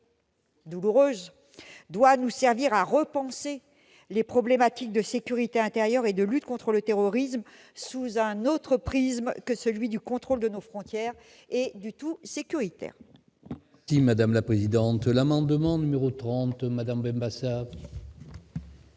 douloureuse doit nous servir à repenser les problématiques de sécurité intérieure et de lutte contre le terrorisme sous un autre prisme que celui du contrôle de nos frontières et du tout-sécuritaire. La parole est à Mme Esther Benbassa,